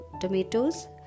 tomatoes